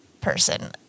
person